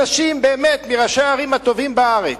באמת מראשי הערים הטובים בארץ,